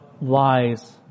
lies